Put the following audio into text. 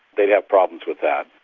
they'd have problems with that.